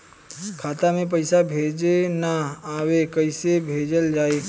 खाता में पईसा भेजे ना आवेला कईसे भेजल जाई?